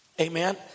Amen